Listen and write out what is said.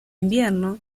invierno